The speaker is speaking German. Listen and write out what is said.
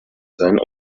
seien